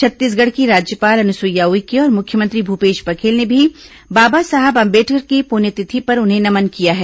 छत्तीसगढ़ की राज्यपाल अनुसुईया उइके और मुख्यमंत्री भूपेश बघेल ने भी बाबा साहब अंबेडकर की पुण्यतिथि पर उन्हें नमन किया है